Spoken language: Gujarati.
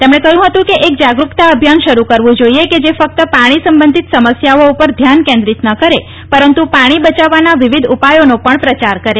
તેમણે કહ્યું હતું કે એક જાગરૂકતા અભિયાન શરૂ કરવું જોઇએ કે જે ફકત પાણી સંબંધીત સમસ્યાઓ ઉપર ધ્યાન કેન્દ્રિત ન કરે પરંતુ પાણી બચાવવાના વિવિધ ઉપાયોનો પણ પ્રચાર કરે